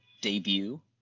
debut